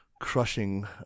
crushing